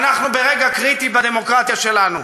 אנחנו ברגע קריטי בדמוקרטיה שלנו.